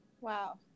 Wow